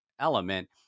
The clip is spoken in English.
element